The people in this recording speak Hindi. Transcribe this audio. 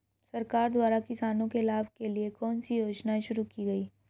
सरकार द्वारा किसानों के लाभ के लिए कौन सी योजनाएँ शुरू की गईं?